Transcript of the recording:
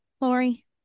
Lori